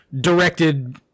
directed